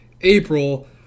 April